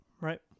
Right